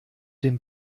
dem